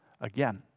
again